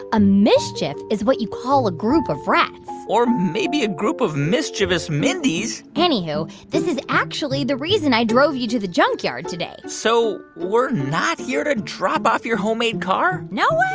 a mischief is what you call a group of rats or maybe a group of mischievous mindys anyhoo, this is actually the reason i drove you to the junkyard today so we're not here to drop off your homemade car? no way.